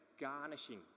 garnishing